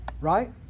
Right